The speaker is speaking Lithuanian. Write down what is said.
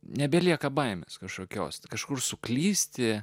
nebelieka baimės kažkokios kažkur suklysti